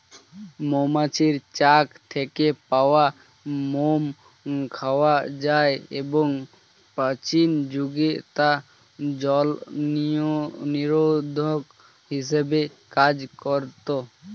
মৌমাছির চাক থেকে পাওয়া মোম খাওয়া যায় এবং প্রাচীন যুগে তা জলনিরোধক হিসেবে কাজ করত